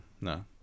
No